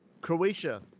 croatia